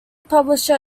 publisher